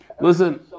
listen